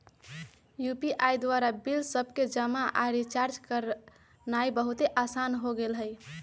UPI द्वारा bill सभके जमा आऽ रिचार्ज करनाइ बहुते असान हो गेल हइ